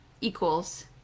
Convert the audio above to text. equals